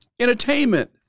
entertainment